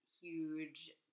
huge